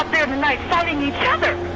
tonight fighting each other.